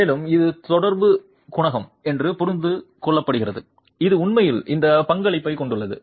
மேலும் இது தொடர்பு குணகம் என்று புரிந்து கொள்ளப்படுகிறது இது உண்மையில் இந்த பங்களிப்பைக் கொண்டுள்ளது